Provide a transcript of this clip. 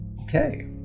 Okay